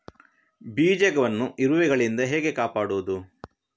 ಬೀಜವನ್ನು ಇರುವೆಗಳಿಂದ ಹೇಗೆ ಕಾಪಾಡುವುದು?